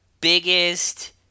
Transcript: biggest